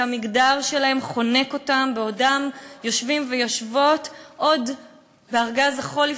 שהמגדר שלהם חונק אותם בעודם יושבים ויושבות עוד בארגז החול,